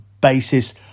basis